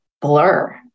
blur